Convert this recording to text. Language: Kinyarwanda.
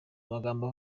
amagambo